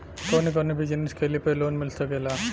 कवने कवने बिजनेस कइले पर लोन मिल सकेला?